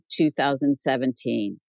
2017